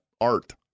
art